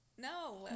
No